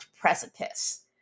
precipice